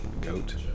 Goat